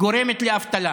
גורמת לאבטלה: